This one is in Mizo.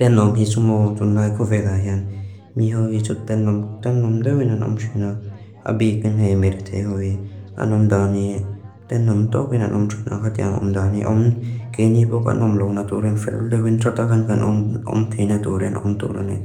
Tenom hi sumo tunay kuvedahian. Miho hi sut tenom, tenom duwinan omsinak. Habikin hei merite hoi. Anom dani, tenom tokinan omsinak hatia anom dani. Om genipo kanom loo naturin feluduwin tratakan kan om, om tina turin, om turunin.